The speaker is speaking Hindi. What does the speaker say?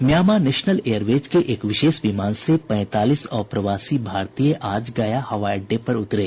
म्यामां नेशनल एयरवेज के एक विशेष विमान से पैंतालीस अप्रवासी भारतीय आज गया हवाई अड्डे पर उतरे